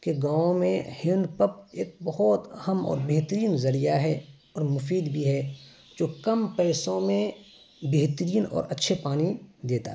کہ گاؤں میں ہند پب ایک بہت اہم اور بہترین ذریعہ ہے اور مفید بھی ہے جو کم پیسوں میں بہترین اور اچھے پانی دیتا ہے